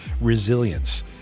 resilience